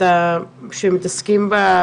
כ"ב בשבט התשפ"ב,